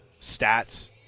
stats